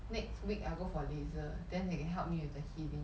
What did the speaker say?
next week I go for laser then they can help me with the healing